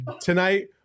Tonight